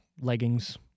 leggings